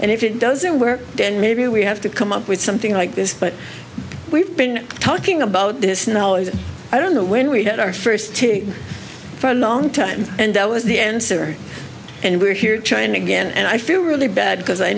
and if it doesn't work then maybe we have to come up with something like this but we've been talking about this now is i don't know when we had our first team for a long time and that was the answer and we're here to china again and i feel really bad because i